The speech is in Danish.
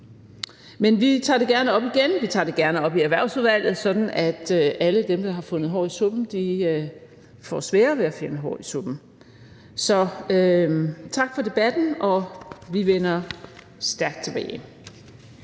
Men vi tager det gerne op igen. Vi tager det gerne op i Erhvervsudvalget, sådan at alle dem, der har fundet hår i suppen, får sværere ved at finde hår i suppen. Så tak for debatten. Vi vender stærkt tilbage.